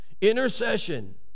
Intercession